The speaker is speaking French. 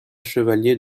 chevalier